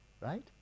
right